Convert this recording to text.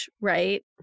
right